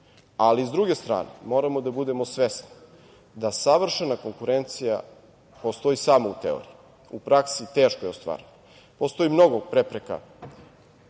ali i sa druge strane moramo da budemo svesni da savršena konkurencija postoji samo u teoriji, u praksi teško je ostvariti. Postoji mnogo prepreka